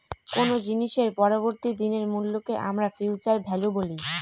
কোনো জিনিসের পরবর্তী দিনের মূল্যকে আমরা ফিউচার ভ্যালু বলি